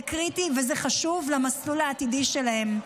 זה קריטי, וזה חשוב למסלול העתידי שלהם.